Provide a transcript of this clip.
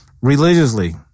religiously